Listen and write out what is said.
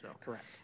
correct